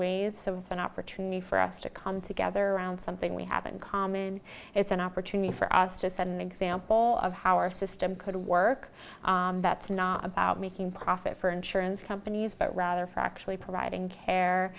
ways so it's an opportunity for us to come together around something we haven't common it's an opportunity for us to set an example of how our system could work that's not about making profit for insurance companies but rather for actually providing care